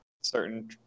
certain